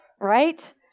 Right